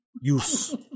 Use